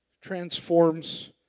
transforms